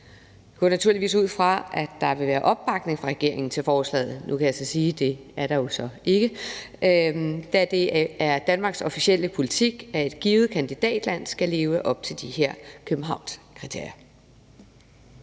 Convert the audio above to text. Vi går naturligvis ud fra, at der vil være opbakning fra regeringen til forslaget – nu kan jeg så sige, at det er der jo ikke – da det er Danmarks officielle politik, at et givet kandidatland skal leve op til de her Københavnskriterier.